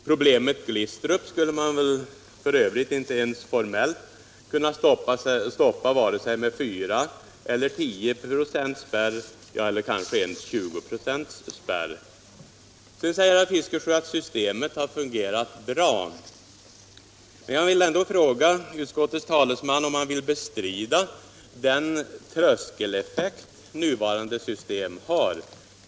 Problemet Glistrup skulle man väl f. ö. inte ens formellt kunna stoppa vare sig med en 4-procentseller en 10-procentsspärr — kanske inte med en 20-procentsspärr. Nu säger herr Fiskesjö att vårt system har fungerat bra. Jag måste ändå fråga utskottets talesman, om han vill bestrida den tröskeleffekt nuvarande system har.